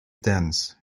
dense